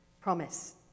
promise